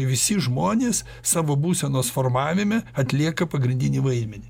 visi žmonės savo būsenos formavime atlieka pagrindinį vaidmenį